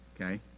okay